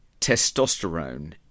testosterone